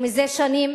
ומזה שנים